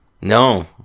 No